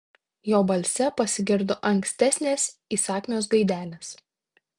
jo balse pasigirdo ankstesnės įsakmios gaidelės